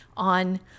on